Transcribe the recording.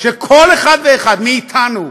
שכל אחד ואחד מאיתנו,